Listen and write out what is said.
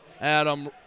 Adam